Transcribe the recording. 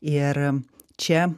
ir čia